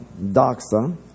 doxa